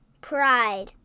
pride